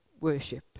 worship